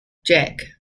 jack